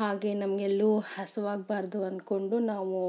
ಹಾಗೇ ನಮಗೆಲ್ಲೂ ಹಸಿವಾಗ್ಬಾರ್ದು ಅಂದ್ಕೊಂಡು ನಾವು